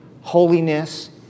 holiness